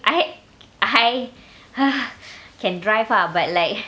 I I can drive ah but like